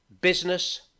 Business